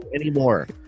anymore